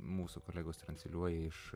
mūsų kolegos transliuoja iš